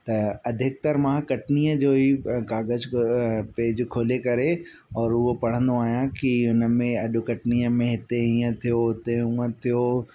त अधिकतर मां कटनीअ जो ई कागज पेज खोले करे और उहो पढ़ंदो आहियां की हुनमें अॼ कटनीअ में हिते हीअं थियो हुते हूअं थियो